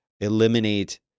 eliminate